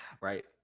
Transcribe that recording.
right